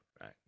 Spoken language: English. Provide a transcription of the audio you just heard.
Right